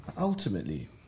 Ultimately